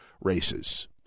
races